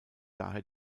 daher